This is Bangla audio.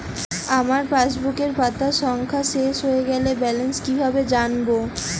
আমার পাসবুকের পাতা সংখ্যা শেষ হয়ে গেলে ব্যালেন্স কীভাবে জানব?